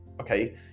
okay